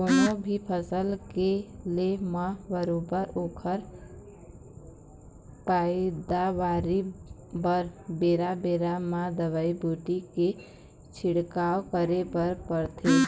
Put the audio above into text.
कोनो भी फसल के ले म बरोबर ओखर पइदावारी बर बेरा बेरा म दवई बूटी के छिड़काव करे बर परथे